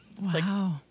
Wow